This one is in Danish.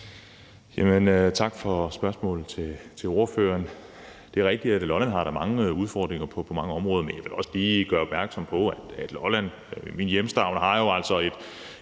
for spørgsmålet. Det er rigtigt, at Lolland har mange udfordringer på mange områder. Men jeg vil også lige gøre opmærksom på, at Lolland, min hjemstavn, jo altså